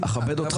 כולל אתה.